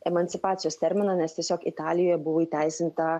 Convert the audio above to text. emancipacijos terminą nes tiesiog italijoje buvo įteisinta